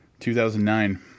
2009